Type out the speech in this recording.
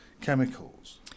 chemicals